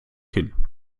hin